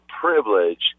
privilege